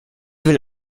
will